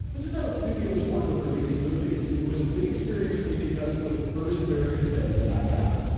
this is how studios work with releasing movies. it was a big experience for me because it was the first american film that i got.